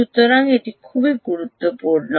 সুতরাং এটি খুব গুরুত্বপূর্ণ